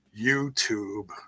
YouTube